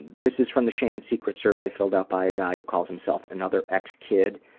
this is from the shame and secrets survey filled out by a guy who calls himself another ex kid.